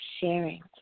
sharing